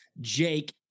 Jake